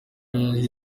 yahize